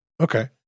Okay